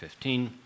15